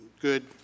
good